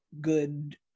good